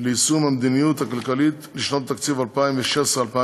ליישום המדיניות הכלכלית לשנות התקציב 2017 ו-2018),